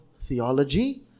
theology